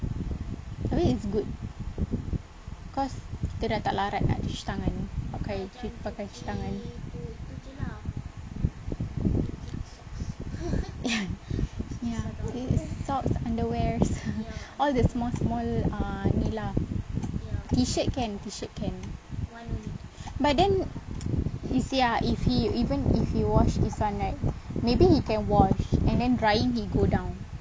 I mean it's good cause kita dah tak larat nak cuci tangan pakai cuci tangan ya socks underwears all the small small ah ni lah T-shirt can T-shirt can but then you see ah if he even if he wash this [one] right maybe he can wash and then drying he go down